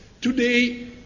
Today